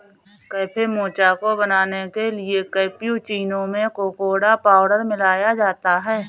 cafe mocha को बनाने के लिए कैप्युचीनो में कोकोडा पाउडर मिलाया जाता है